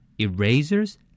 Erasers